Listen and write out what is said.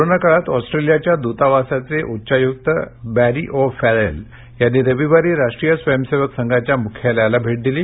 corona काळात ऑस्ट्रेलियाच्या दुतावासाचे उच्चायुक्त बॅरी ओ फॅरेल्ल यांनी रविवारी राष्ट्रीय स्वयंसेवक संघाच्या मुख्यालयाला भेट दिली